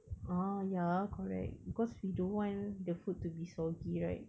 oh ya correct because we don't want the food to be soggy right